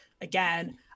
again